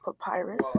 papyrus